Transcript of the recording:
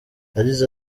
yagize